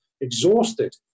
exhausted